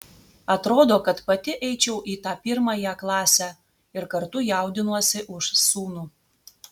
atrodo kad pati eičiau į tą pirmąją klasę ir kartu jaudinuosi už sūnų